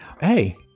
Hey